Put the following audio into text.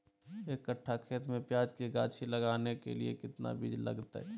एक कट्ठा खेत में प्याज के गाछी लगाना के लिए कितना बिज लगतय?